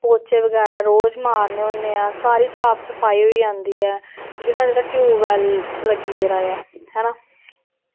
पोचे बगैरा रोज मारने होन्ने आं सारी साफ सफाई होई जंदी ऐ क्योंकि साढ़े इत्थै टयूबवैल लग्गी गेदा ऐ हैना